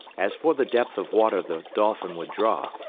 as for the depth of water the dolphin would draw,